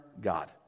God